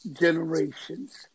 generations